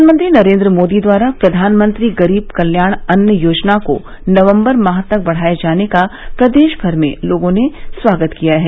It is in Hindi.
प्रधानमंत्री नरेन्द्र मोदी द्वारा प्रधानमंत्री गरीब कल्याण अन्न योजना को नवम्बर माह तक बढ़ाये जाने का प्रदेश भर में लोगों ने स्वागत किया है